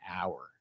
hour